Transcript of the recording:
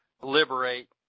liberate